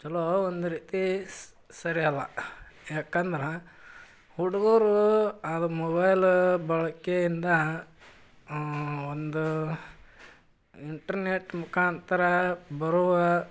ಚಲೋ ಒಂದು ರೀತಿ ಸ್ ಸರಿ ಅಲ್ಲ ಯಾಕಂದ್ರೆ ಹುಡ್ಗರು ಅದು ಮೊಬೈಲ ಬಳಕೆಯಿಂದ ಒಂದು ಇಂಟ್ರ್ನೆಟ್ ಮುಖಾಂತರ ಬರುವ